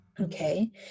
okay